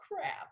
crap